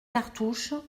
cartouches